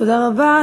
תודה רבה.